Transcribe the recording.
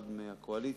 אחד מהקואליציה,